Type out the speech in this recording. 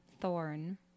thorn